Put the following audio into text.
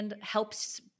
helps –